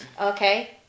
Okay